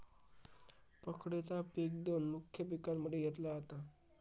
पकडीचा पिक दोन मुख्य पिकांमध्ये घेतला जाता